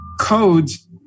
codes